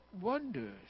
wonders